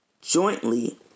jointly